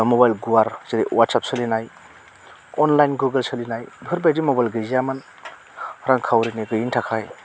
mobile गुवार जेरै WhatsApp सोलिनाय अनलाइन गुगोल सोलिनाय बेफोरबायदि मबाइल गैजायामोन रांखावरिनि गैयिनि थाखाय